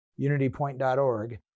unitypoint.org